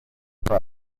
bei